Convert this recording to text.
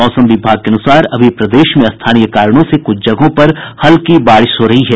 मौसम विभाग के अनुसार अभी प्रदेश में स्थानीय कारणों से कुछ जगहों पर हल्की बारिश हो रही है